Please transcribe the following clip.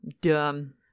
Dumb